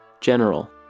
General